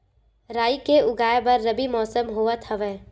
राई के उगाए बर रबी मौसम होवत हवय?